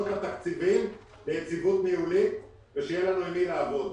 את התקציבים ליציבות ניהולית ושיהיה לנו עם מי לעבוד.